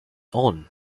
own